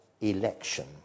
election